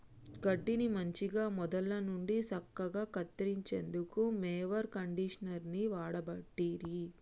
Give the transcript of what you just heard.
గడ్డిని మంచిగ మొదళ్ళ నుండి సక్కగా కత్తిరించేందుకు మొవెర్ కండీషనర్ని వాడబట్టిరి